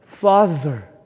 Father